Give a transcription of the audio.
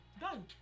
done